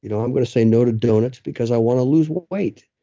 you know i'm going to say no to donuts because i want to lose weight.